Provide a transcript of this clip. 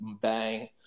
bang